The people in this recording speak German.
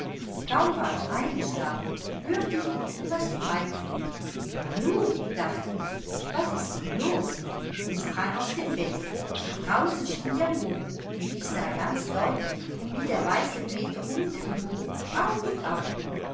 kaum war ich eingeschlafen hörte ich unten was pfeifen nanu dachte ich was ist denn los und sprang aus dem bette draußen schien der mond und ich sah ganz deutlich wie der weiße peter unten im hof auf und ab